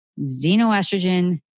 xenoestrogen